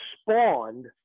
spawned